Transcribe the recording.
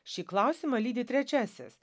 šį klausimą lydi trečiasis